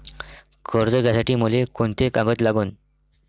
कर्ज घ्यासाठी मले कोंते कागद लागन?